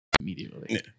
Immediately